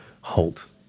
halt